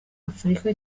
afurika